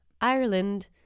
Ireland